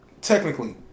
technically